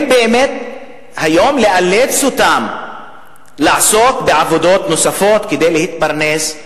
אם היום נאלץ אותם באמת לעסוק בעבודות אחרות כדי להתפרנס,